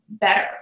better